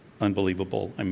unbelievable